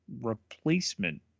replacement